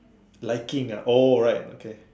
liking ah oh right okay